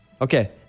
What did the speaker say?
Okay